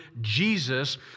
Jesus